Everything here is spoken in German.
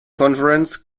conference